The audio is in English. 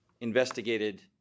investigated